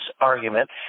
argument